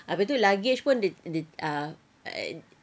abeh tu luggage pun dia dia ah eh